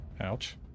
Ouch